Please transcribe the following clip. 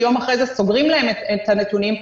ביום אחר סוגרים להם את הנתונים.